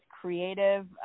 creative